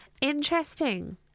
Interesting